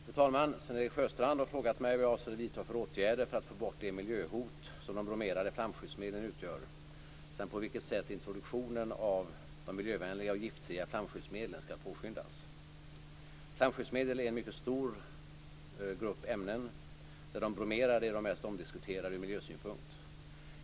Fru talman! Sven-Erik Sjöstrand har frågat mig vad jag avser att vidta för åtgärder för att få bort det miljöhot som de bromerade flamskyddsmedlen utgör samt på vilket sätt introduktionen av de miljövänliga och giftfria flamskyddsmedlen skall påskyndas. Flamskyddsmedel är en mycket stor grupp ämnen, där de bromerade är de mest omdiskuterade ur miljösynpunkt.